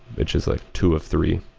which is like two of three